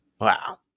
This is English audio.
Wow